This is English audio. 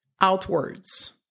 outwards